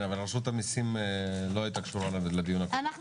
כן, אבל רשות המסים לא הייתה קשורה לדיון הקודם.